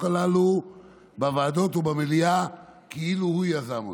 הללו בוועדות ובמליאה כאילו הוא יזם אותן.